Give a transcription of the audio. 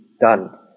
done